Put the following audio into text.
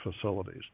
facilities